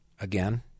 again